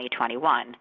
2021